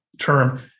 term